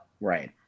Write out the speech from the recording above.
Right